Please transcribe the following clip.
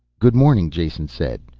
good morning, jason said.